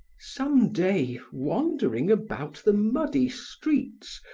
some day, wandering about the muddy streets,